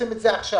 עושים עכשיו.